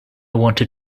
wanted